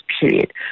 period